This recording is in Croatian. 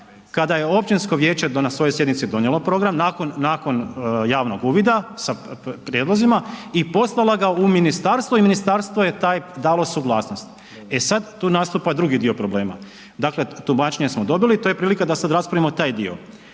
kada je općinsko vijeće na svojoj sjednici donijelo program, nakon javnog uvida sa prijedlozima i poslalo ga u ministarstvo i ministarstvo je dalo suglasnost. E sada tu nastupa drugi dio problema, dakle tumačenja smo dobili, to je prilika da sada raspravimo taj dio.